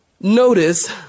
notice